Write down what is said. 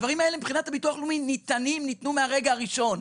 מבחינת הביטוח הלאומי הדברים האלה ניתנו מהרגע הראשון.